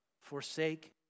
Forsake